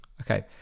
Okay